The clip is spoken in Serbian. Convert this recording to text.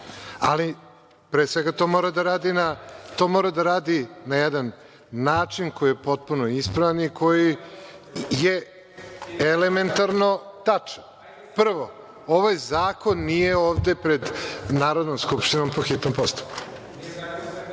ali pre svega to mora da radi na način koji je potpuno ispravan i koji je elementarno tačan. Prvo, ovaj zakon nije ovde pred Narodnom skupštinom po hitnom postupku